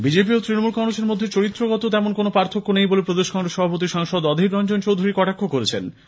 BJP ও তৃণমূল কংগ্রেসের মধ্যে চরিত্রগত তেমন কোনও পার্থক্য নেই বলে প্রদেশ কংগ্রেস সভাপতি সাংসদ অধীর রঞ্জন চৌধুরী কটাক্ষ করেছেন